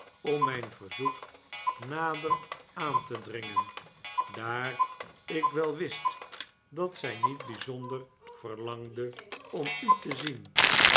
om mijn verzoek nader aan te dringen daar ik wel wist dat zij niet bijzonder verlangde om u te zien